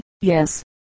Yes